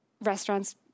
restaurants